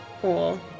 Cool